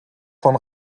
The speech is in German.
von